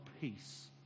peace